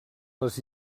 les